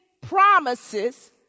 promises